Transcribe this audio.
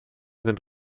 sind